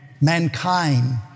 mankind